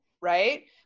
Right